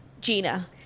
Gina